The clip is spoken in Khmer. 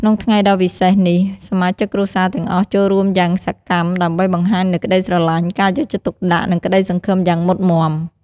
ក្នុងថ្ងៃដ៏វិសេសនេះ សមាជិកគ្រួសារទាំងអស់ចូលរួមយ៉ាងសកម្មដើម្បីបង្ហាញនូវក្ដីស្រឡាញ់ ការយកចិត្តទុកដាក់ និងក្តីសង្ឃឹមយ៉ាងមុតមាំ។